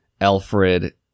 Alfred